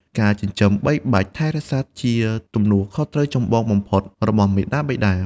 ការចិញ្ចឹមបីបាច់ថែរក្សាជាទំនួលខុសត្រូវចម្បងបំផុតរបស់មាតាបិតា។